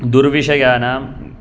दुर्विषयानां